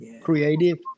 creative